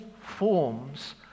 forms